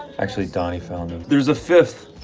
actually, donny found them. there's a fifth.